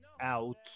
out